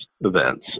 events